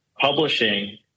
publishing